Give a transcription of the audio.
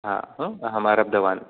अहम् आरब्धवान्